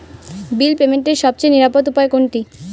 বিল পেমেন্টের সবচেয়ে নিরাপদ উপায় কোনটি?